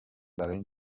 برای